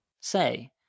Say